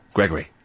Gregory